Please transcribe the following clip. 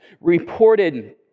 reported